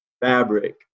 fabric